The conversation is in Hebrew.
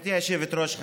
גברתי היושבת-ראש,